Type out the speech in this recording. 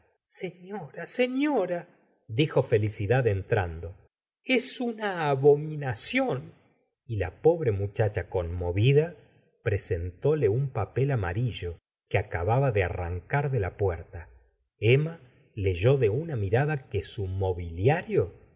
señora señora dijo felicidad entrando es una abominación y la pobre muchacha conmovida presentóle un papel amarillo que acababa de arrancar de la puerta emmma leyó de una mirada que su mobiliario